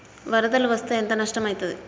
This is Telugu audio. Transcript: వరదలు వస్తే ఎంత నష్టం ఐతది?